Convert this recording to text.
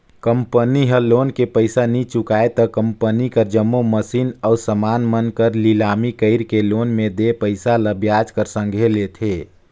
company ह loan के पइसा नी चुकाय त कंपनी कर जम्मो मसीन अउ समान मन कर लिलामी कइरके लोन में देय पइसा ल बियाज कर संघे लेथे